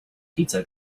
pizza